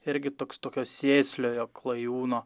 irgi toks tokio sėsliojo klajūno